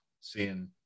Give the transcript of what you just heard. seeing